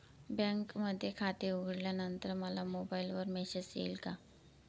बँकेमध्ये खाते उघडल्यानंतर मला मोबाईलवर मेसेज येईल का?